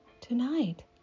tonight